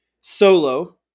solo